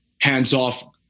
hands-off